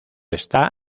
está